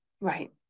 right